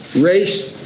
race,